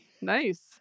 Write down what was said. Nice